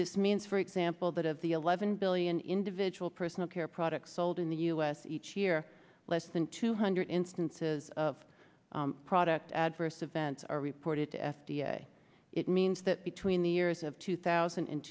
this means for example that of the eleven billion individual personal care products sold in the u s each year less than two hundred instances of product adverse events are reported to f d a it means that between the years of two thousand